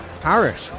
Paris